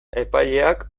epaileak